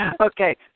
Okay